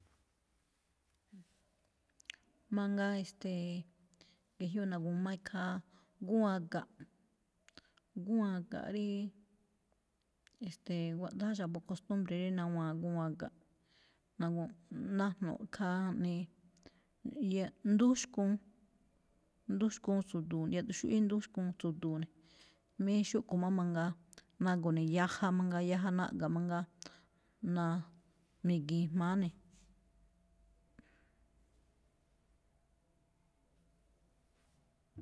Mangaa e̱ste̱e̱, ge̱jyoꞌ na̱gu̱ma ikhaa gúwan ga̱nꞌ, gúwan ga̱nꞌ ríí, e̱ste̱e̱, guaꞌdáá xa̱bo̱ cost bre rí nawa̱a̱n gúwan ga̱nꞌ, na̱gu̱-najno̱ꞌ khaa jnii khaa yaꞌ ndúxkuun, ndúxkuun tsu̱du̱u̱ yaꞌduun xúꞌwí ndúxkuun tsu̱du̱u̱ ne̱. Mí xúꞌkho̱ má mangaa, nago̱ ne̱ yaja mangaa, jaya naꞌga̱ mangaa, naa- mi̱gi̱i̱n jma̱á ne̱.